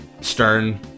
stern